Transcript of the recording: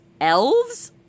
Elves